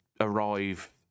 arrive